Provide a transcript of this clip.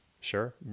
Sure